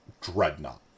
dreadnought